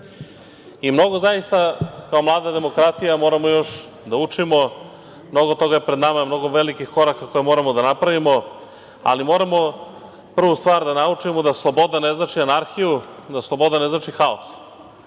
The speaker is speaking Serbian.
zaista, kao mlada demokratija, moramo još da učimo. Mnogo toga je pred nama, mnogo velikih koraka koje moramo da napravimo, ali moramo prvu stvar da naučimo, da sloboda ne znači anarhiju, da sloboda ne znači haos,